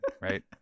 right